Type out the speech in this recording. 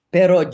Pero